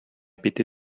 bitte